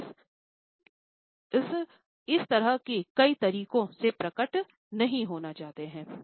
हम बस के कई तरीकों से प्रकट नहीं होना चाहते हैं